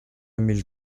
mille